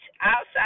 outside